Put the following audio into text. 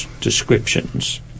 descriptions